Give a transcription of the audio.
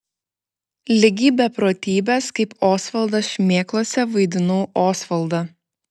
ligi beprotybės kaip osvaldas šmėklose vaidinau osvaldą